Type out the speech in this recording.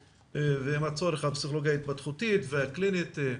פסיכולוגיה התפתחותית ופסיכולוגיה קלינית,